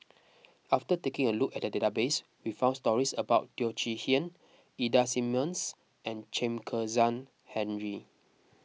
after taking a look at the database we found stories about Teo Chee Hean Ida Simmons and Chen Kezhan Henri